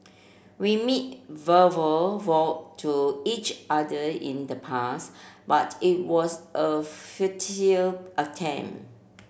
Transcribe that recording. we made verbal vow to each other in the past but it was a futile attempt